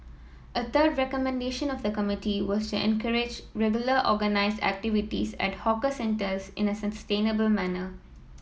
a third recommendation of the committee was to encourage regular organised activities at hawker centres in a sustainable manner